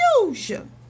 confusion